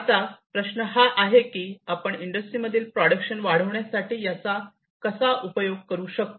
आता प्रश्न हा आहे की आपण इंडस्ट्रीमधील प्रोडक्शन वाढविण्यासाठी याचा कसा उपयोग करू शकतो